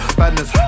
badness